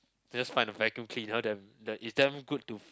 just find the vacuum cleaner then then it's damn good to